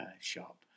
shop